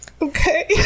okay